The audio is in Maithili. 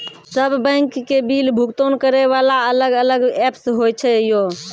सब बैंक के बिल भुगतान करे वाला अलग अलग ऐप्स होय छै यो?